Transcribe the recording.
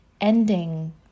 ending